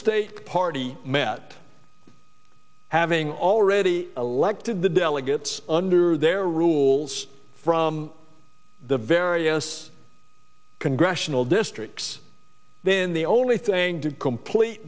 state party met having already elected the delegates under their rules from the various congressional districts then the only thing to complete